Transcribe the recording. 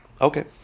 Okay